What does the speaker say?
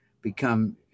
become